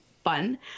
fun